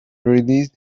released